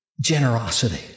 generosity